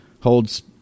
holds